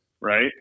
right